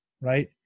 right